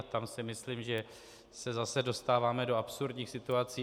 Tam si myslím, že se zase dostáváme do absurdních situací.